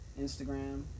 Instagram